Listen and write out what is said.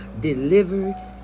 delivered